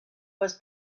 was